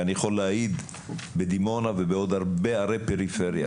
ואני יכול להעיד בדימונה ובעוד הרבה ערי פריפריה,